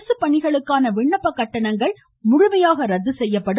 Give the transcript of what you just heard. அரசு பணிகளுக்கான விண்ணப்ப கட்டணங்கள் முழுமையாக ரத்து செய்யப்படும்